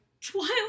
Twilight